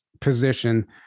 position